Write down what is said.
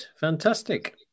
fantastic